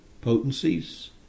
potencies